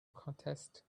contest